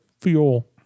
fuel